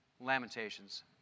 Lamentations